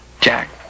Jack